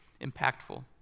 impactful